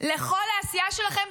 לכל העשייה שלכם.